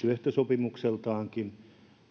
työehtosopimukseltaankin